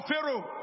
Pharaoh